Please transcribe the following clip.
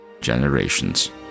generations